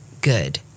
good